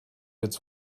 its